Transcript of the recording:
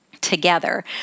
together